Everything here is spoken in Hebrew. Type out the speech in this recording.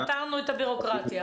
פתרנו את הביורקרטיה.